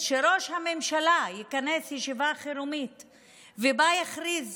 שראש הממשלה יכנס ישיבת חירום ובה יכריז